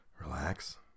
Relax